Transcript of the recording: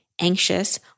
anxious